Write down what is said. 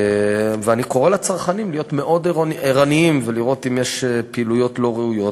ואני קורא לצרכנים להיות מאוד ערניים ולראות אם יש פעילויות לא ראויות.